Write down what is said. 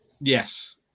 Yes